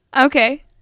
Okay